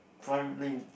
primary